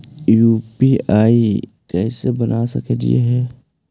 UPI कैसे बना सकली हे?